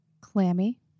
clammy